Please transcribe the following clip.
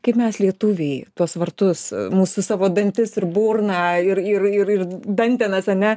kaip mes lietuviai tuos vartus mūsų savo dantis ir burną ir ir ir ir dantenas ane